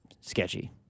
Sketchy